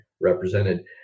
represented